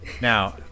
Now